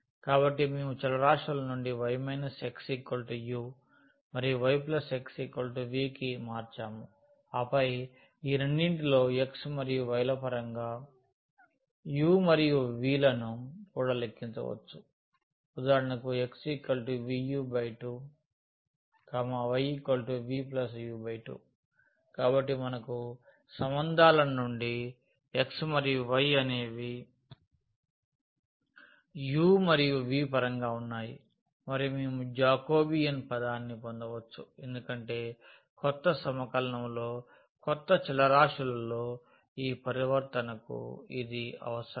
కాబట్టి మేము చలరాశుల నుండి y x u మరియు y x v కి మార్చాము ఆపై ఈ రెండింటిలో x మరియు y ల పరంగా u మరియు v లను కూడా లెక్కించవచ్చు ఉదాహరణకు x vu2 y v u2 కాబట్టి మనకు సంబంధాల నుండి x మరియు y అనేవి u మరియు v పరంగా ఉన్నాయి మరియు మేము జాకోబీన్ పదాన్ని పొందవచ్చు ఎందుకంటే కొత్త సమకలనంలో కొత్త చలరాశులలో ఈ పరివర్తనకు ఇది అవసరం